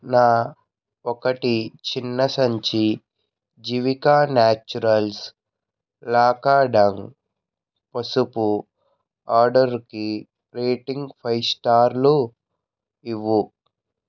నా ఒకటి చిన్న సంచి జివిక న్యాచురల్స్ లాకాడాంగ్ పసుపు ఆర్డరుకి రేటింగ్ ఫైవ్ స్టార్లు ఇవ్వు